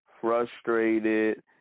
frustrated